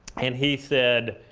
and he said,